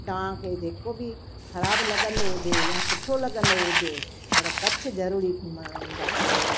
तव्हांखे जेको बि ख़राब लॻंदो हुजे या सुठो लॻंदो हुजे पर कच्छ ज़रूरी घुमणु ईंदा कयो